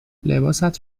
لباست